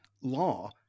law